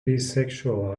bisexual